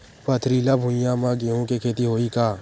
पथरिला भुइयां म गेहूं के खेती होही का?